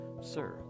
Sir